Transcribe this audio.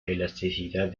elasticidad